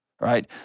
right